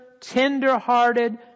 tender-hearted